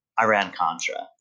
Iran-Contra